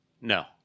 No